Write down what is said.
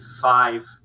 five